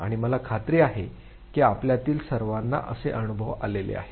आणि मला खात्री आहे की आपल्यातील सर्वाना असे अनुभव आलेले आहेत